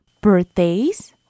birthdays